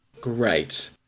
great